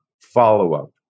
follow-up